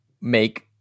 make